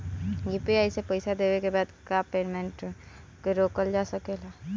UPI से पईसा देने के बाद क्या उस पेमेंट को रोकल जा सकेला?